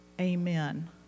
amen